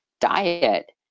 diet